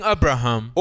Abraham